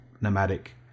nomadic